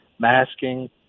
masking